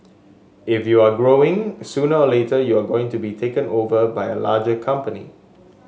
if you're growing sooner or later you are going to be taken over by a larger company